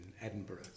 Edinburgh